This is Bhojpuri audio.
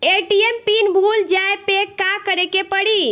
ए.टी.एम पिन भूल जाए पे का करे के पड़ी?